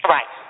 Right